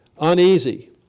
uneasy